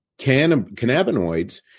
cannabinoids